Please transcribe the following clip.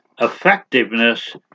effectiveness